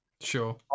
sure